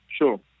Sure